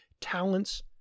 talents